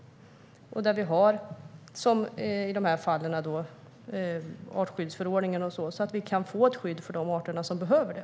Vi har i dessa fall artskyddsförordningen så att vi kan få ett skydd för de arter som behöver det.